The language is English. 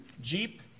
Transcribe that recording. Jeep